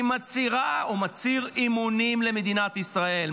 היא מצהירה או הוא מצהיר אמונים למדינת ישראל,